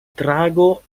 trago